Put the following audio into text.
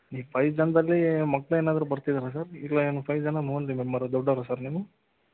ಈ ಫೈವ್ ಜನದಲ್ಲಿ ಮಕ್ಕಳೇನಾದ್ರೂ ಬರ್ತಿದ್ದಾರಾ ಸರ್ ಇಲ್ಲ ಏನು ಫೈವ್ ಜನಾನು ಮೆಂಬರಾ ದೊಡ್ಡವರಾ ಸರ್ ನೀವು